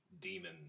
demon